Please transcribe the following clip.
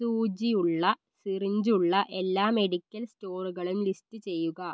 സൂചിയുള്ള syringe ഉള്ള എല്ലാ medical സ്റ്റോറുകളും ലിസ്റ്റ് ചെയ്യുക